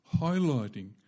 highlighting